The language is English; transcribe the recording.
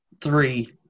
three